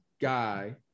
guy